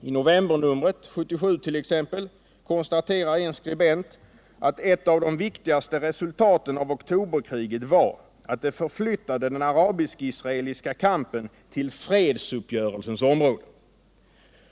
I novembernumret 1977 konstaterar en skribent att ”ett av de viktigaste resultaten av oktoberkriget var att det förflyttade den arabiskisraeliska kampen till fredsuppgörelsens område”.